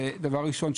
זה דבר ראשון,